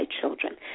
Children